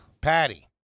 Patty